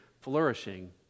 flourishing